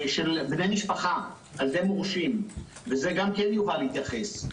של בני משפחה, ע"י מורשים, וגם לזה יובל התייחס.